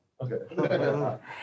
Okay